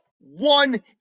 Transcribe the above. one